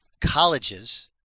colleges